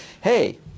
hey